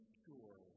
pure